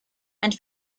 and